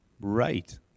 right